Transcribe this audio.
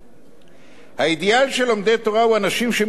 האידיאל של לומדי תורה הוא אנשים שמתנתקים מהחיים,